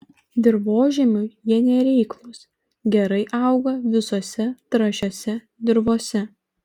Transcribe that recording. dirvožemiui jie nereiklūs gerai auga visose trąšiose dirvose